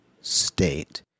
state